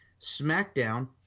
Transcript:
SmackDown